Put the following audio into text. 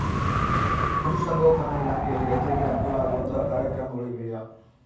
ಪಶುಸಂಗೋಪನಾ ಇಲಾಖೆಯಲ್ಲಿ ರೈತರಿಗೆ ಅನುಕೂಲ ಆಗುವಂತಹ ಕಾರ್ಯಕ್ರಮಗಳು ಇವೆಯಾ?